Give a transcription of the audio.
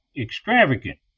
extravagant